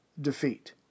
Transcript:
defeat